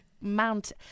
Mount